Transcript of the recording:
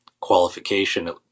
qualification